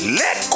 let